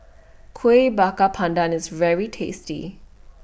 Kuih Bakar Pandan IS very tasty